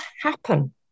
happen